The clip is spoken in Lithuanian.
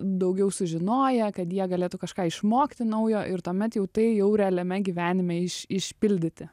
daugiau sužinoję kad jie galėtų kažką išmokti naujo ir tuomet jau tai jau realiame gyvenime iš išpildyti